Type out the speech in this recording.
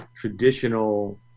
traditional